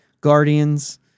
Guardians